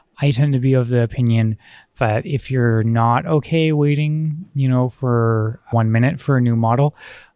i tend to be of the opinion that if you're not okay waiting you know for one minute for a new model,